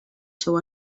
seu